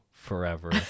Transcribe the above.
forever